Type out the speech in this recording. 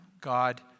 God